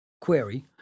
query